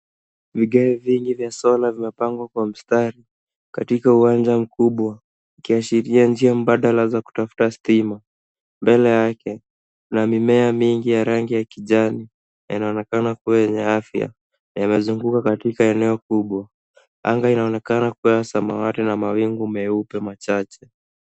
Vigae vingi vya sola vimepangwa kwa mstari katika uwanja mkubwa ukiashiria njia mbadala za kutafta stima. Mbele yake kuna mimea mingi ya rangi ya kijani, yanaonekana kuwa yeney afya, yamezunguka katika eneo kubwa, anga inaonekana kuwa ya samawati na mawingu meupe machache.